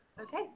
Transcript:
Okay